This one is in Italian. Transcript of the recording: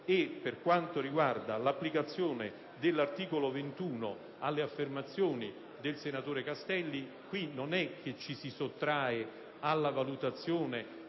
Per quanto riguarda l'applicazione dell'articolo 21 alle affermazioni del senatore Castelli, in questo caso non ci si sottrae alla valutazione